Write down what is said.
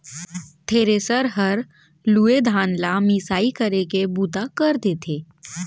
thresher हर लूए धान ल मिसाई करे के बूता कर देथे